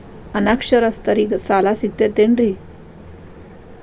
ಅನಕ್ಷರಸ್ಥರಿಗ ಸಾಲ ಸಿಗತೈತೇನ್ರಿ?